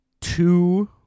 two